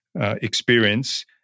experience